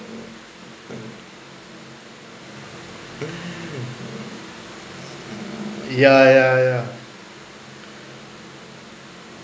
ya ya ya